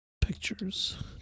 Pictures